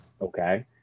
Okay